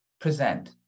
present